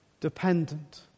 dependent